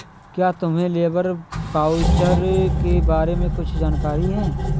क्या तुम्हें labour voucher के बारे में कुछ जानकारी है?